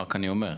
רק אני אומר.